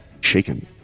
shaken